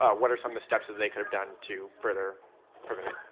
ah what are some of the steps that they could have done to further prevent